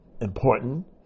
important